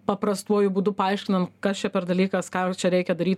paprastuoju būdu paaiškinant kas čia per dalykas ką jau čia reikia daryt